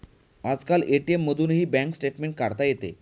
आजकाल ए.टी.एम मधूनही bank statement काढता येते